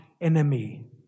enemy